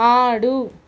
ఆడు